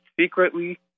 secretly